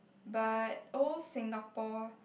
but old Singapore